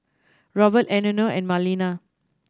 Robt Eleanor and Marlena